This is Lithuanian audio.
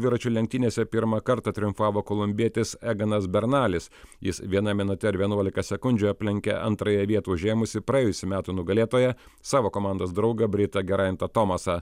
dviračių lenktynėse pirmą kartą triumfavo kolumbietis eganas bernalis jis viena minute ir vienuolika sekundžių aplenkė antrąją vietą užėmusį praėjusių metų nugalėtoją savo komandos draugą britą geraijentą tomasą